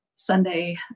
Sunday